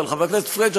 חבר הכנסת פריג',